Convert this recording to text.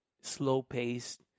slow-paced